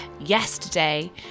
Yesterday